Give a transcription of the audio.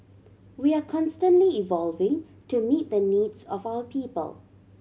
we are constantly evolving to meet the needs of our people